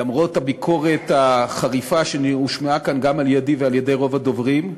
למרות הביקורת החריפה שהושמעה כאן גם על-ידי ועל-ידי רוב הדוברים.